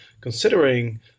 considering